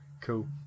Cool